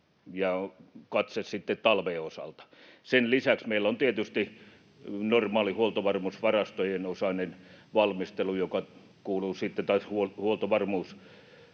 ja katse sitten talven osalta. Sen lisäksi meillä on tietysti normaali huoltovarmuusvarastojen osainen valmistelu, ja Huoltovarmuusvirastohan